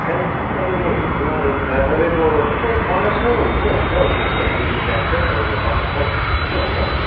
Kalimpong to Lava गुम्बा तपाईँको त्यस्तै पन्ध्र सयहरू चाहिँ हुन्छ हौ दिनभरिको रिजर्भ चाहिँ तपाईँको पन्ध्र सय यस्तै हुन्छ